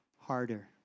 harder